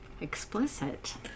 explicit